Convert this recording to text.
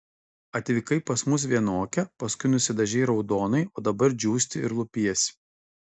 atvykai pas mus vienokia paskui nusidažei raudonai o dabar džiūsti ir lupiesi